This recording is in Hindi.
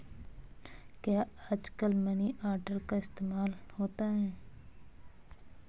क्या आजकल मनी ऑर्डर का इस्तेमाल होता है?